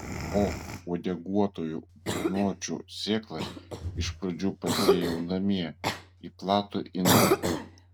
o uodeguotųjų burnočių sėklas iš pradžių pasėjau namie į platų indą